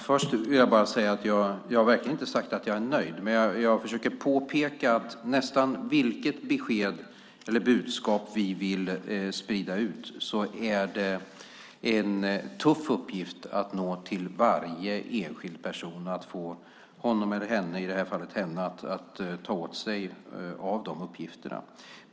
Fru talman! Jag har verkligen inte sagt att jag är nöjd. Däremot försöker jag påpeka att det, nästan vilket besked eller vilket budskap det än gäller, är en tuff uppgift att nå varje enskild person och att få honom eller henne, i det här fallet henne, att ta åt sig av givna uppgifter.